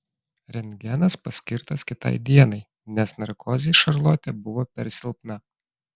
rentgenas paskirtas kitai dienai nes narkozei šarlotė buvo per silpna